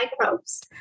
microbes